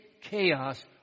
chaos